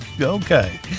Okay